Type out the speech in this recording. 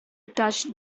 touched